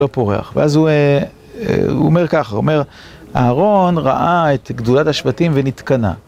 ואז הוא אומר ככה, הוא אומר, אהרון ראה את גדולת השבטים ונתקנה.